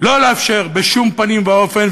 שלא לאפשר בשום פנים ואופן,